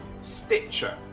Stitcher